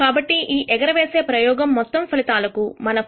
కాబట్టి ఈ ఎగరవేసే ప్రయోగంలో మొత్తం ఫలితాలకు మనకు 0